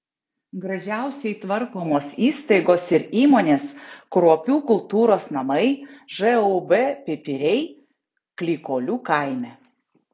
gražiausiai tvarkomos įstaigos ir įmonės kruopių kultūros namai žūb pipiriai klykolių kaime